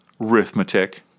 arithmetic